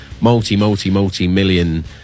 multi-multi-multi-million